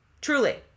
Truly